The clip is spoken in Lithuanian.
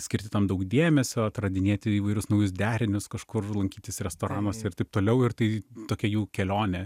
skirti tam daug dėmesio atradinėti įvairius naujus derinius kažkur lankytis restoranuose ir taip toliau ir tai tokia jų kelionė